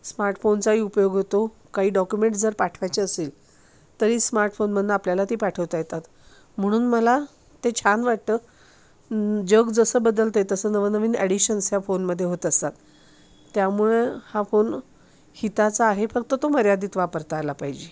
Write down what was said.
स्मार्टफोनचाही उपयोग होतो काही डॉक्युमेंट्स जर पाठवायचे असेल तरी स्मार्टफोनमधनं आपल्याला ते पाठवता येतात म्हणून मला ते छान वाटतं जग जसं बदलतं आहे तसं नवनवीन ॲडिशन्स ह्या फोनमध्ये होत असतात त्यामुळे हा फोन हिताचा आहे फक्त तो मर्यादित वापरता आला पाहिजे